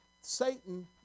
Satan